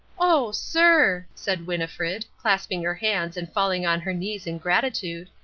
oh, sir, said winnifred, clasping her hands and falling on her knees in gratitude.